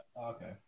Okay